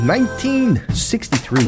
1963